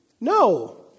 No